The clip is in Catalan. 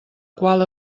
qual